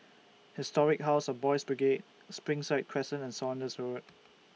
Historic House of Boys' Brigade Springside Crescent and Saunders Road